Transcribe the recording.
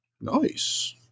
Nice